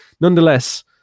nonetheless